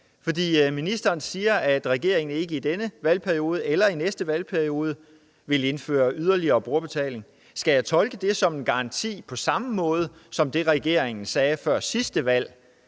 for ministeren siger, at regeringen ikke i denne valgperiode eller i næste valgperiode vil indføre yderligere brugerbetaling. Skal jeg tolke det som en garanti på samme måde som det, regeringen sagde før sidste valg?